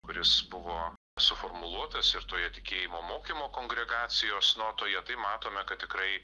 kuris buvo suformuluotas ir toje tikėjimo mokymo kongregacijos notoje tai matome kad tikrai